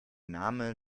name